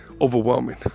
overwhelming